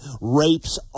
rapes